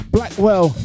Blackwell